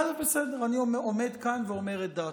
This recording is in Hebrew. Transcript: הינה, אתה רואה שאני עומד כאן ואומר את דעתי.